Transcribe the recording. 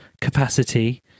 capacity